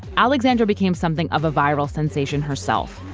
alexandra became something of a viral sensation herself.